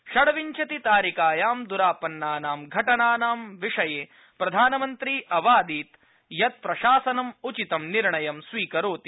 षड़विंशतितारिकायां दरापन्नानां घटनानां विषये प्रधानमन्त्री प्राकाशयत् यत् प्रशासनम् उचितं निर्णयं स्वीकरोति